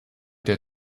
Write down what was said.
der